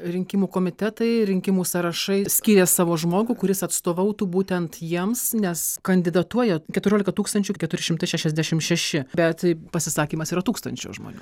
rinkimų komitetai rinkimų sąrašai skiria savo žmogų kuris atstovautų būtent jiems nes kandidatuoja keturiolika tūkstančių ir keturi šimtai šešiasdešimt šeši bet pasisakymas yra tūkstančio žmonių